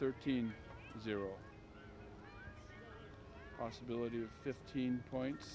thirteen zero possibility of fifteen points